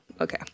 okay